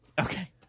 okay